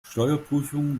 steuerprüfungen